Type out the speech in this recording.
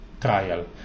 trial